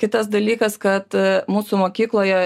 kitas dalykas kad mūsų mokykloje